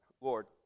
Lord